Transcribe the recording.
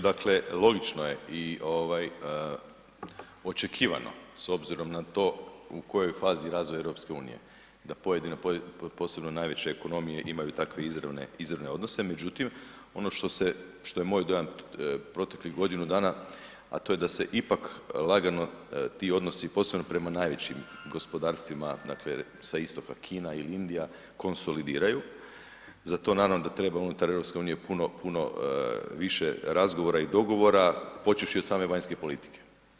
Dakle logično je i očekivano s obzirom na to u kojoj je fazi razvoj EU da pojedine posebno najveće ekonomije imaju takve izravne odnose, međutim, ono što se što je moj dojam proteklih godinu dana, a to je da se ipak lagano ti odnosi, posebno prema najvećim gospodarstvima, dakle sa istoka Kina ili Indija konsolidiraju, za to naravno da treba unutar EU puno više razgovora i dogovora, počevši od same vanjske politike.